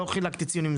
לא חילקתי ציונים,